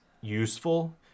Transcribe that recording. useful